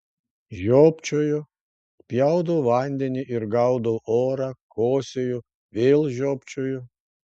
žiopčioju spjaudau vandenį ir gaudau orą kosėju vėl žiopčioju